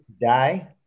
die